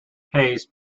haze